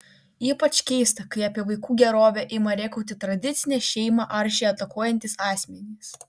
ypač keista kai apie vaikų gerovę ima rėkauti tradicinę šeimą aršiai atakuojantys asmenys